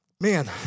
man